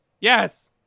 Yes